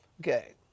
okay